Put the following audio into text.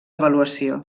avaluació